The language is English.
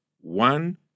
one